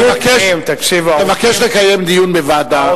תבקש לקיים דיון בוועדה,